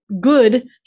good